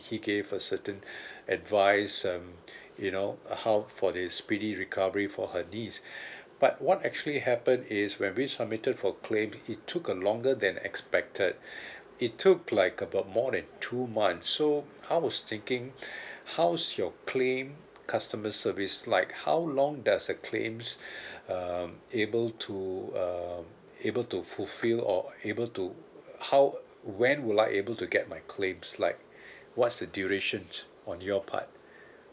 he gave a certain advice um you know how for the speedy recovery for her knees but what actually happen is when we submitted for claim it took a longer than expected it took like about more than two months so I was thinking how's your claim customer service like how long does the claims um able to uh able to fulfil or able to how when would I able to get my claims like what's the duration on your part